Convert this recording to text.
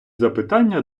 запитання